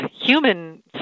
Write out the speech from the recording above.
human